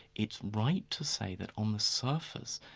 it's right to say that on the surface,